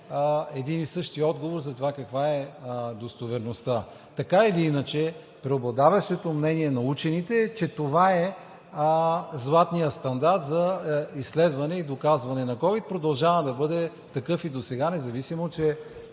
един и същи отговор за това каква е достоверността. Така или иначе преобладаващото мнение на учените е, че това е златният стандарт за изследване и доказване на ковид. Продължава да бъде такъв и досега, независимо че